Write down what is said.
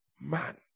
man